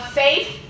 faith